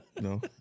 No